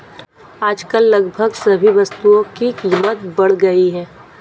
आजकल लगभग सभी वस्तुओं की कीमत बढ़ गई है